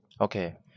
Okay